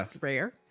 rare